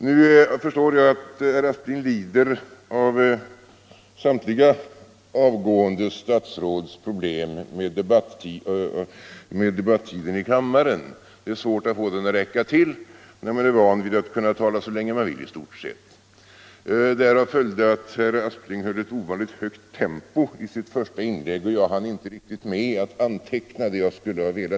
Jag förstår att herr Aspling lider av samtliga avgående statsråds problem med debattiden i kammaren. Det är svårt att få den att räcka till när man är van att kunna tala så länge man vill i stort sett. Därför höll herr Aspling ovanligt högt tempo i sitt första inlägg, och jag hann inte anteckna allt jag ville.